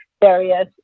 various